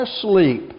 asleep